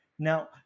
Now